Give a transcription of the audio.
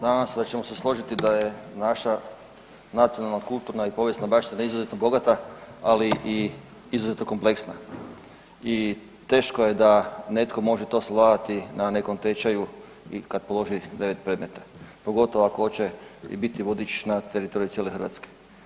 Nadam se da ćemo se složiti da je naša nacionalna, kultura i povijesna baština da je izrazito bogata, ali i izuzetno kompleksna i teško je da netko može to savladati na nekom tečaju i kad položi devet predmeta, pogotovo ako hoće biti vodič na teritoriju cijele Hrvatske.